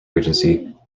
regency